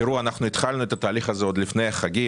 התחלנו את התהליך הזה עוד לפני החגים,